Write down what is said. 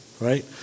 right